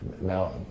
Now